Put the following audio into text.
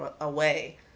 away